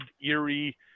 eerie